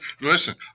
Listen